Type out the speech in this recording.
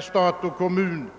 stat och kommuner